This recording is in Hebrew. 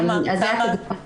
זה מהבחינה המשפטית.